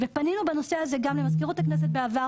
פנינו בנושא הזה גם למזכירות הכנסת בעבר.